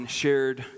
shared